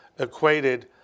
Equated